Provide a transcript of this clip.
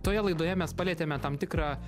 toje laidoje mes palietėme tam tikrą